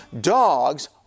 Dogs